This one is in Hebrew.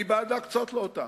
אני בעד להקצות לו אותם.